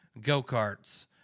go-karts